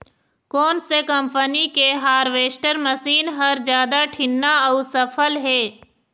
कोन से कम्पनी के हारवेस्टर मशीन हर जादा ठीन्ना अऊ सफल हे?